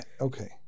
Okay